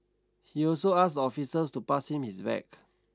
he also asked officers to pass him his bag